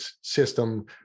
system